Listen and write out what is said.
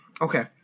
Okay